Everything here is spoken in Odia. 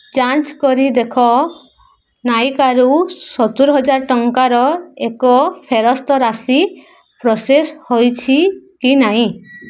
ଯାଞ୍ଚ କରି ଦେଖ ନାଇକାରୁ ସତୁରୀ ହଜାର ଟଙ୍କାର ଏକ ଫେରସ୍ତ ରାଶି ପ୍ରୋସେସ୍ ହୋଇଛି କି ନାହିଁ